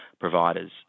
providers